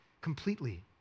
completely